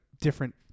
different